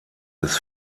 des